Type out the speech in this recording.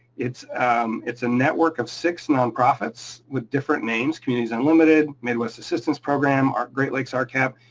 it's it's a network of six non profits with different names, communities unlimited, midwest assistance program, ah great lakes ah rcap.